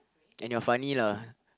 and you're funny lah